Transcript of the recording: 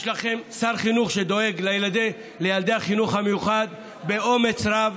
יש לכם שר חינוך שדואג לילדי החינוך המיוחד באומץ רב.